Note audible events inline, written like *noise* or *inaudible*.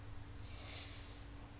*breath*